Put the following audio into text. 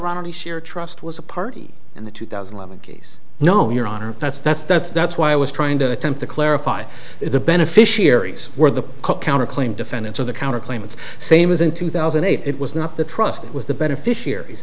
ronnie sheer trust was a party in the two thousand lemon case no your honor that's that's that's that's why i was trying to attempt to clarify the beneficiaries were the counterclaim defendants of the counter claimants same as in two thousand and eight it was not the trustee it was the beneficiaries